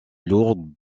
lourds